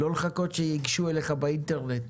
לא לחכות שייגשו אליך באינטרנט.